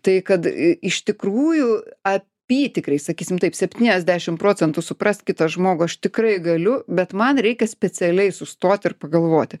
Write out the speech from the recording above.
tai kad i iš tikrųjų apytikriai sakysim taip septyniasdešim procentų suprast kitą žmogų aš tikrai galiu bet man reikia specialiai sustoti ir pagalvoti